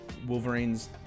Wolverine's